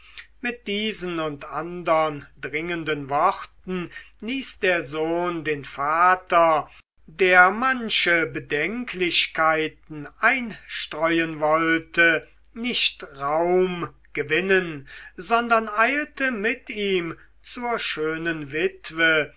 mit diesen und andern dringenden worten ließ der sohn den vater der manche bedenklichkeiten einstreuen wollte nicht raum gewinnen sondern eilte mit ihm zur schönen witwe